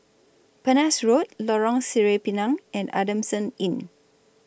Penhas Road Lorong Sireh Pinang and Adamson Inn